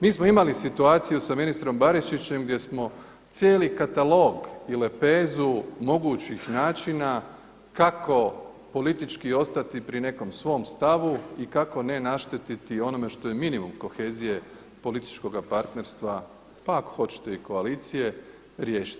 Mi smo imali situaciju sa ministrom Barišićem gdje smo cijeli katalog i lepezu mogućih načina kako politički ostati pri nekom svom stavu i kako ne naštetiti onome što je minimum kohezije političkoga partnerstva, pa ako hoćete i koalicije riješiti.